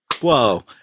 Whoa